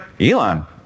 Elon